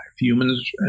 Humans